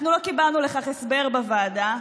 אנחנו לא קיבלנו לכך הסבר בוועדה.